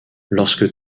lorsque